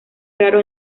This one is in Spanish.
raro